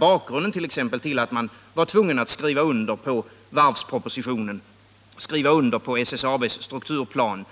bakgrunden till att man är tvungen att skriva under på varvspropositionen, skriva under på SSAB:s strukturplan,